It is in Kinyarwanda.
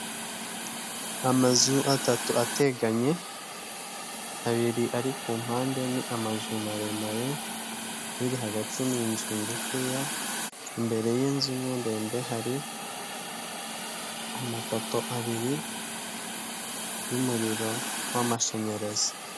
Amazu atatu ateganye, abiri ari ku mpande ni amazu maremare, iri hagati ni inzu ngufiya, imbere y'inzu imwe ndende hari amapoto abiri y'umuriro w'amashanyarazi.